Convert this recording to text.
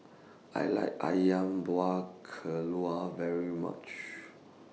I like Ayam Buah Keluak very much